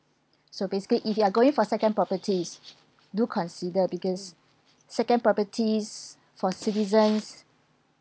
so basically if you are going for second properties do consider because second properties for citizens